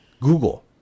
google